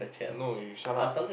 no you shut up